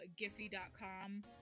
Giphy.com